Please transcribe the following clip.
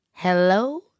Hello